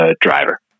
driver